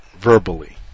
verbally